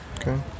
Okay